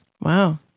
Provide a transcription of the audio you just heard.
Wow